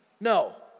No